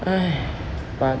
but